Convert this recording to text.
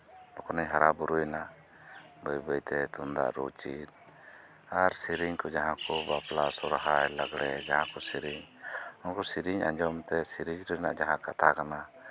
ᱡᱚᱠᱷᱚᱱᱤᱧ ᱦᱟᱨᱟ ᱵᱩᱨᱩᱭᱮᱱᱟ ᱵᱟᱹᱭ ᱵᱟᱹᱭᱛᱮ ᱛᱩᱢᱫᱟᱜ ᱨᱩ ᱪᱮᱫ ᱟᱨ ᱥᱮᱹᱨᱮᱹᱧ ᱠᱚ ᱡᱟᱦᱟᱸ ᱠᱚ ᱵᱟᱯᱞᱟ ᱥᱚᱨᱦᱟᱭ ᱞᱟᱜᱽᱲᱮ ᱡᱟᱦᱟᱸ ᱠᱚ ᱥᱮᱹᱨᱮᱹᱧ ᱚᱱᱟ ᱠᱚ ᱥᱮᱹᱨᱮᱹᱧ ᱟᱸᱡᱚᱢᱛᱮ ᱥᱮᱹᱨᱮᱹᱧ ᱨᱮᱭᱟᱜ ᱡᱟᱦᱟᱸ ᱠᱟᱛᱷᱟ ᱠᱟᱱᱟ